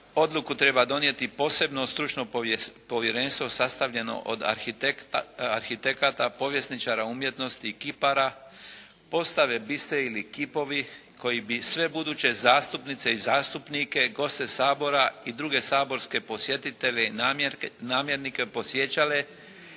odluku treba donijeti posebno stručno povjerenstvo sastavljeno od arhitekata, povjesničara umjetnosti i kipara postave biste ili kipovi koji bi sve buduće zastupnice i zastupnike, goste Sabora i druge saborske posjetitelje i namjernice podsjećale